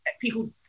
people